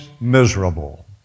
miserable